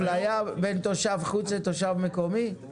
אפליה בין תושב חוץ לתושב מקומי?